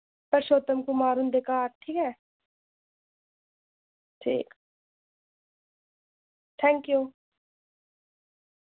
परशोतम कुमार हुं'दे घर ठीक ऐ ठीक थैंक यू